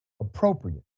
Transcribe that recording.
appropriate